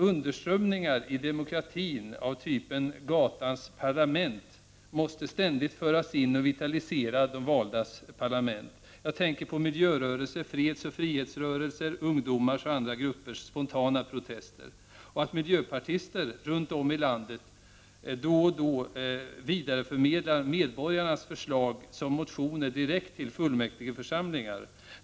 Underströmningar i demokratin av typen gatans parlament måste ständigt föras in i och vitalisera de valdas parlament. Jag tänker på miljörörelsen, fredsoch frihetsrörelser och ungdomars och andra gruppers spontana protester. Jag tänker vidare på att miljöpartister runt om i landet då och då vidareförmedlar medborgarnas förslag som motioner direkt till fullmäktigeför samlingar.